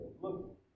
Look